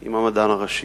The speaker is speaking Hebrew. עם המדען הראשי.